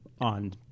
on